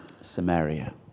Samaria